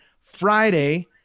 Friday